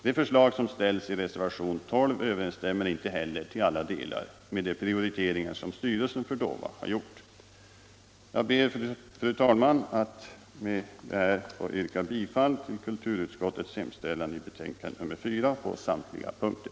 De förslag som ställs i reservationen 12 överensstämmer = Anslag till kulturäninte heller till alla delar med de prioriteringar som styrelsen för DOVA — damål har gjort. Jag ber, fru talman, att med det anförda få yrka bifall till kulturutskottets hemställan i betänkandet nr 4 på samtliga punkter.